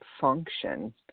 function